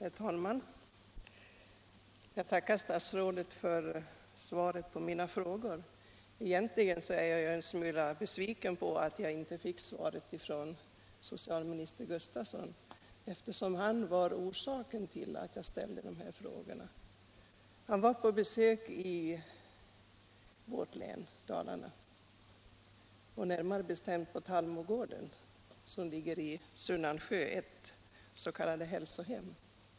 Herr talman! Jag tackar statsrådet för svaret på mina frågor. Egentligen är jag en smula besviken över att jag inte fick svar av socialminister Gustavsson, eftersom han var orsaken till att jag ställde de här frågorna. Han var på besök i Dalarna, närmare bestämt på Tallmogården som ligger i Sunnansjö och är ett s.k. hälsohem.